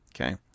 Okay